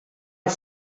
els